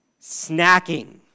snacking